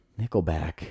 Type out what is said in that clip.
Nickelback